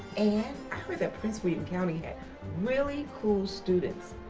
heard that prince william county had really cool students